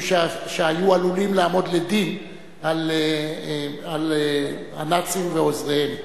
שהיו עלולים לעמוד לדין עם הנאצים ועוזריהם.